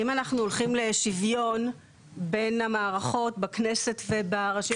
אם אנחנו הולכים לשוויון בין המערכות בכנסת וברשויות המקומיות.